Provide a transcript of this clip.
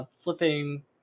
Flipping